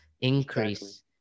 increase